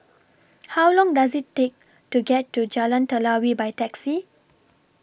How Long Does IT Take to get to Jalan Telawi By Taxi